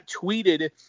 tweeted